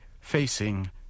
facing